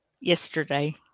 yesterday